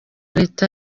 leta